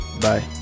Bye